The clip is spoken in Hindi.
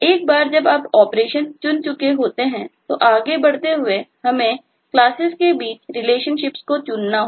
एक बार जब आप ऑपरेशन्स चुन चुके होते हैं तो आगे बढ़ते हुए हमें क्लासेस के बीच रिलेशनशिप्स को चुनना होगा